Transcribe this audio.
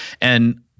And-